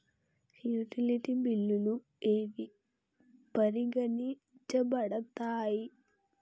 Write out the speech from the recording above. Utility బిల్లులు ఏవి పరిగణించబడతాయి?